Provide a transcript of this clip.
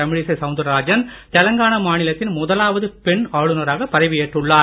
தமிழிசை சவுந்தராஜன் தெலங்கானா மாநிலத்தின் முதலாவது பெண் ஆளுநராக பதவி ஏற்றுள்ளார்